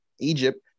Egypt